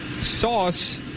sauce